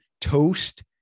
toast